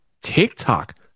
TikTok